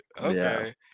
Okay